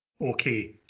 Okay